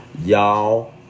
Y'all